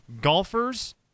Golfers